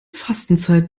fastenzeit